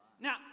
Now